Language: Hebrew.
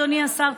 אדוני השר,